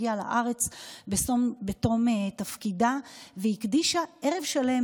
הגיעה לארץ בתום תפקידה והקדישה ערב שלם,